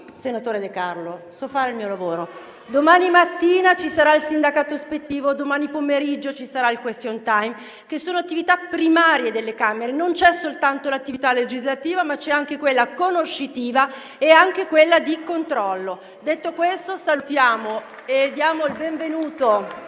senatore De Carlo, so fare il mio lavoro. Domani mattina ci sarà il sindacato ispettivo, domani pomeriggio ci sarà il *question time*, che sono attività primarie delle Camere. Non c'è soltanto l'attività legislativa, ma c'è anche quella conoscitiva e quella di controllo. **Saluto ad una rappresentanza